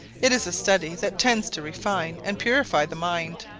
it is a study that tends to refine and purify the mind,